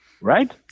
Right